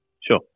Sure